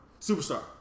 Superstar